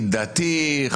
דתי,